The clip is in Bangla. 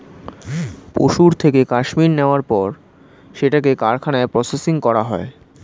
পশুর থেকে কাশ্মীর নেয়ার পর সেটাকে কারখানায় প্রসেসিং করা হয়